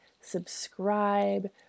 subscribe